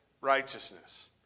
righteousness